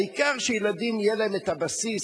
העיקר שילדים יהיה להם הבסיס,